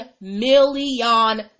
million